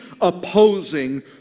opposing